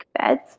beds